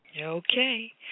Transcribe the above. Okay